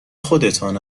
خودتان